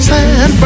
San